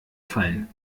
fallen